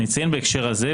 אני אציין בהקשר הזה,